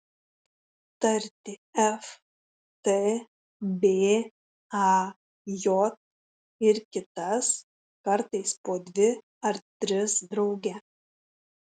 tarti f t b a j ir kitas kartais po dvi ar tris drauge